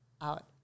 out